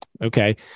Okay